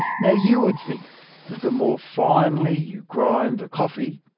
now you would think that the more finely you grind the coffee,